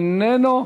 איננו,